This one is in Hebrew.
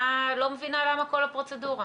אני לא מבינה למה כל הפרוצדורה.